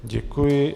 Děkuji.